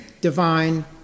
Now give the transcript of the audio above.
divine